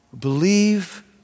believe